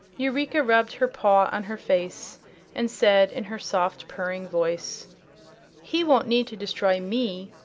eureka rubbed her paw on her face and said in her soft, purring voice he won't need to destroy me,